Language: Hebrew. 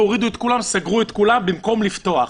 סגרו את כולם במקום לפתוח.